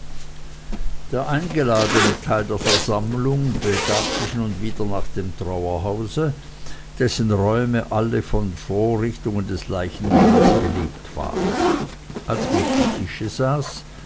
der eingeladene teil der versammlung begab sich nun wie der nach dem trauerhause dessen räume alle von den vorrichtungen des leichenmahles belebt waren als man zu tische saß